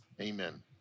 Amen